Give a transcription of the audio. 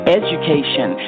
education